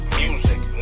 music